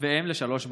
ואם לשלוש בנות,